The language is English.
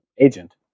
agent